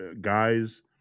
Guys